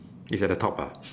is at the top ah